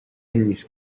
indies